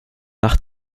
nach